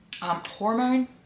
hormone